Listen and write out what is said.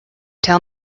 tell